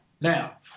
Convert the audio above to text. Now